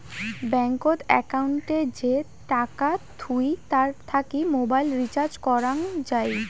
ব্যাঙ্কত একউন্টে যে টাকা থুই তার থাকি মোবাইল রিচার্জ করং যাই